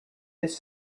this